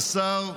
השר,